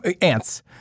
ants